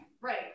Right